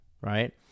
right